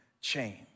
change